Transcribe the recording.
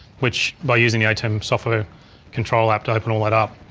which by using the atem software control app to open all that up.